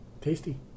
Tasty